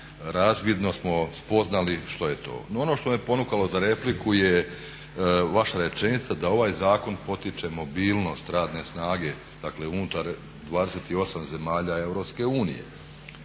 razvidno smo spoznali što je to. No, ono što me ponukalo za repliku je vaša rečenica da ovaj zakon potiče mobilnost radne snage dakle unutar 28 zemalja